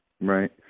Right